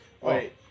Wait